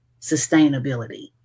Sustainability